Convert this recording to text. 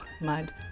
mud